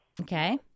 Okay